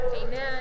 Amen